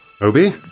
Obi